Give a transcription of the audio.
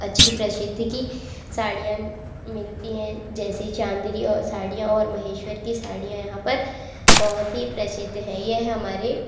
अच्छी प्रसिद्ध की साड़ियाँ मिलती हैं जैसे चाँद की और साड़ियाँ और महेश्वर कि साड़ियाँ यहाँ पर बहुत ही प्रसिद्ध है यह हमारे